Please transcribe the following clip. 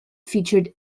featured